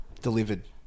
Delivered